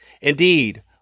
Indeed